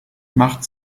macht